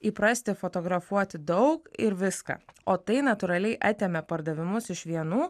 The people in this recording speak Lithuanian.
įprasti fotografuoti daug ir viską o tai natūraliai atėmė pardavimus iš vienų